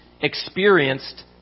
experienced